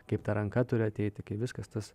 kaip ta ranka turi ateiti kai viskas tas